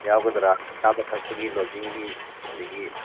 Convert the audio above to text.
ꯌꯥꯎꯒꯗꯔꯥ ꯆꯥꯕ ꯊꯛꯄꯒꯤ ꯂꯣꯗꯖꯤꯡꯒꯤ ꯑꯗꯒꯤ